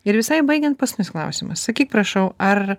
ir visai baigiant paskutinis klausimas sakyk prašau ar